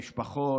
למשפחות,